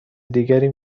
دیگری